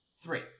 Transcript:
Three